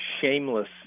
Shameless